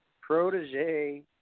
protege